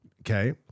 okay